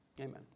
Amen